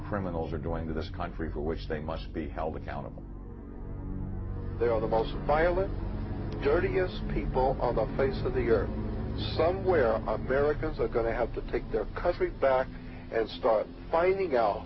criminals are doing to this country for which they must be held accountable they are the most violent dirtiest people on the face of the earth somewhere americans are going to have to take their country back and start finding out